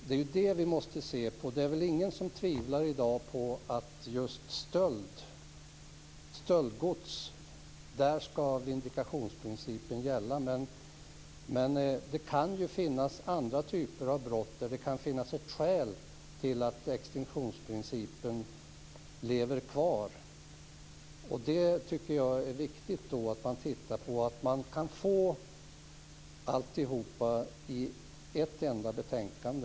Det är väl ingen som i dag tvivlar på att vindikationsprincipen skall gälla i fråga om stöldgods, men det kan finnas andra typer av brott där det finns skäl att ha kvar extinktionsprincipen. Det är viktigt att man kan sammanföra alltihop i ett enda betänkande.